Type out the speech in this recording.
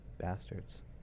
Bastards